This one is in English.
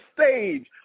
stage